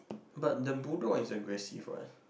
but the bulldog is aggressive what